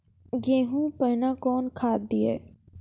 गेहूँ पहने कौन खाद दिए?